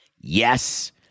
Yes